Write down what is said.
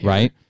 Right